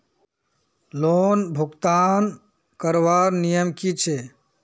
Loan भुगतान करवार नियम की छे?